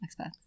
expats